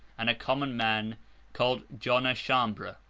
and a common man called john a chambre.